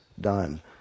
done